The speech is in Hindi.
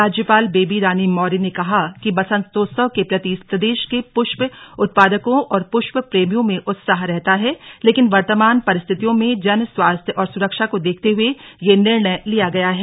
राज्यपाल बेबी रानी मौर्य ने कहा कि बसंतोत्सव के प्रति प्रदेश के पुष्प उत्पादकों और पुष्प प्रेमियों में उत्साह रहता है लेकिन वर्तमान परिस्थितियों में जन स्वास्थ्य और सुरक्षा को देखते हुए यह निर्णय लिया गया है